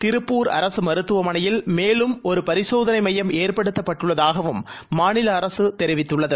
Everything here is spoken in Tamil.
திருப்பூர் அரசு மருத்துவமனையில் மேலும் ஒரு பரிசோதனை மையம் ஏற்படுத்தப்பட்டுள்ளதாகவும் மாநில அரசு தெரிவித்துள்ளது